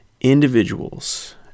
individuals